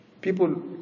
People